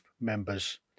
members